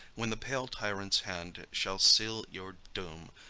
when the pale tyrant's hand shall seal your doom,